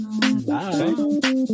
Bye